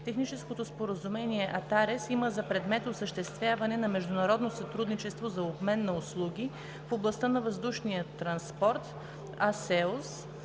Техническото споразумение ATARES има за предмет осъществяване на международно сътрудничество за обмен на услуги в областта на въздушния транспорт, а